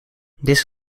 this